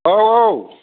औ औ